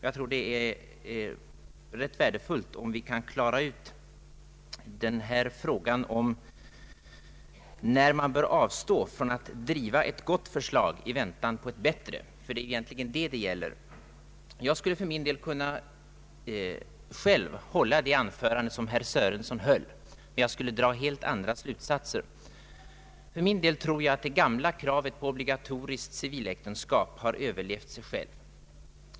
Jag tror det är rätt värdefullt om vi kan klara ut när man bör avstå från att driva ett gott förslag i väntan på ett bättre! Det är egentligen det frågan gäller. Jag skulle för min del själv kunna hålla det anförande som herr Sörenson höll, men jag skulle ändå dra helt andra slutsatser. Jag tror att det gamla kravet på obligatoriskt civiläktenskap har överlevt sig själv.